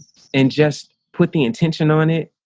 and just put the intention on it.